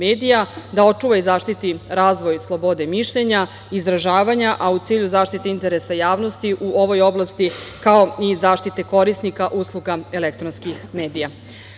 da očuva i zaštiti razvoj slobode mišljenja, izražavanja, a u cilju zaštite interesa javnosti u ovoj oblasti, kao i zaštite korisnika usluga elektronskih medija. Savet